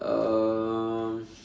um